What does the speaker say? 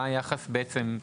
מה היחס בצעם,